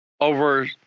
over